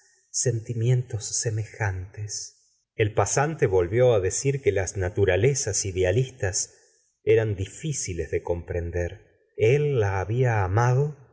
sentimientos semejantes el pasante volvió á decir que las naturalezas idealistas eran dificiles de comprender el la habia amado